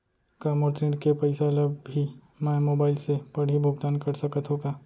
का मोर ऋण के पइसा ल भी मैं मोबाइल से पड़ही भुगतान कर सकत हो का?